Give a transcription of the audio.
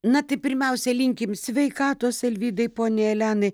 na tai pirmiausia linkim sveikatos alvydai poniai elenai